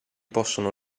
possono